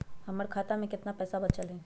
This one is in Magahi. हमर खाता में केतना पैसा बचल हई?